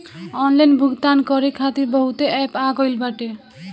online भुगतान करे खातिर बहुते एप्प आ गईल बाटे